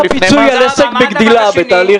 בתחשיבים נדבר על זה.